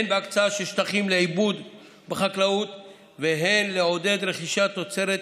הן בהקצאה של שטחים לעיבוד בחקלאות והן לעודד רכישת תוצרת